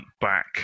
back